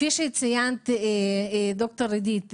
כפי שציינת, ד"ר אידית,